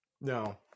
No